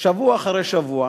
שבוע אחרי שבוע